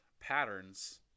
patterns